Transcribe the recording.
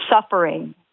suffering